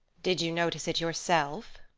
did you notice it yourself?